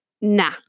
nah